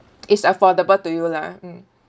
it's affordable to you lah mm